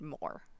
more